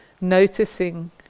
noticing